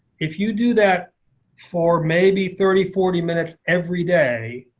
if you do that for maybe thirty, forty minutes every day,